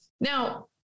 Now